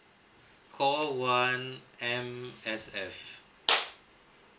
call one M_S_F